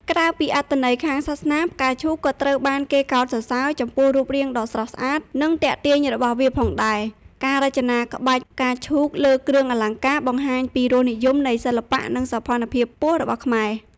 ក្រៅពីអត្ថន័យខាងសាសនា ផ្កាឈូកក៏ត្រូវបានគេកោតសរសើរចំពោះរូបរាងដ៏ស្រស់ស្អាត និងទាក់ទាញរបស់វាផងដែរ ការរចនាក្បាច់ផ្កាឈូកលើគ្រឿងអលង្ការបង្ហាញពីរសនិយមនៃសិល្បៈ និងសោភ័ណភាពខ្ពស់របស់ខ្មែរ។